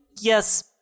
yes